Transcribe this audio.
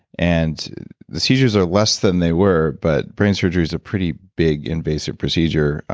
and the seizures are less than they were, but brain surgery's a pretty big invasive procedure.